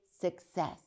success